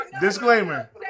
Disclaimer